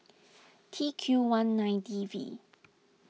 T Q one nine D V